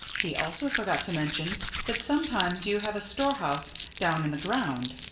he also forgot to mention that sometimes you have a storehouse down in the ground.